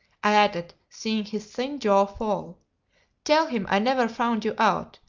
i added, seeing his thin jaw fall tell him i never found you out,